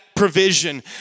provision